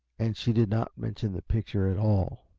and she did not mention the picture at all.